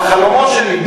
בחלומות שלי,